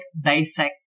dissect